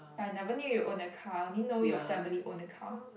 I never knew you own a car I only know your family own a car